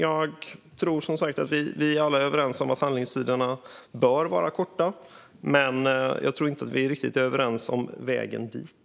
Jag tror att vi alla är överens om att handläggningstiderna bör vara korta, men jag tror inte att vi är riktigt överens om vägen dit.